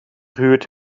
gehuurd